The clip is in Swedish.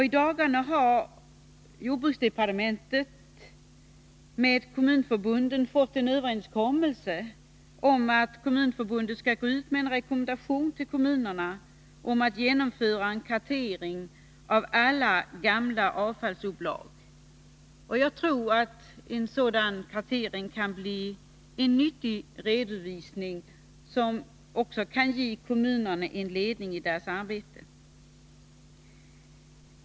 I dagarna har jordbruksdepartementet med Kommunförbundet träffat en överenskommelse om att Kommunförbundet skall gå ut med en rekommendation till kommunerna om genomförande av en kartering av alla gammla avfallsupplag. Jag tror att en sådan kartering kan bli en nyttig redovisning, som också kan ge kommunerna en ledning i deras arbete.